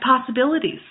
possibilities